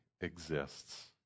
exists